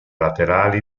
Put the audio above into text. laterali